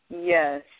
yes